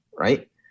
Right